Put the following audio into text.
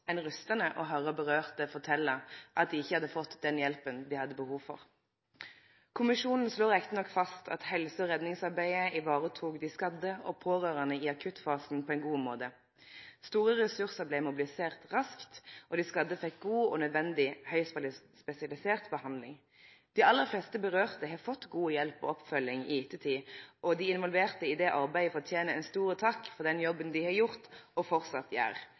å høyre dei det gjaldt, fortelje at dei ikkje hadde fått den hjelpa dei hadde behov for. Kommisjonen slår riktig nok fast at helse- og redningsarbeidet varetok dei skadde og pårørande på ein god måte i akuttfasen. Store ressursar blei raskt mobiliserte, og dei skadde fekk god, nødvendig og høgt spesialisert behandling. Dei aller fleste det gjaldt, har fått god hjelp og oppfølging i ettertid, og dei involverte i det arbeidet fortener ein stor takk for den jobben dei har gjort, og framleis gjer.